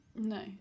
No